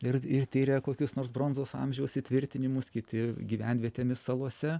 ir ir tiria kokius nors bronzos amžiaus įtvirtinimus kiti gyvenvietėmis salose